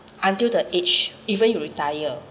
until the age even you retire